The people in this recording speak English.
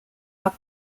are